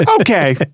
Okay